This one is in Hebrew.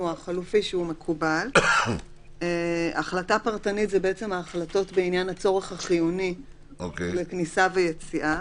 זה ההחלטות בעניין הצורך החיוני לכניסה ויציאה,